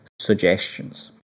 suggestions